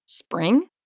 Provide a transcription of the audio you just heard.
Spring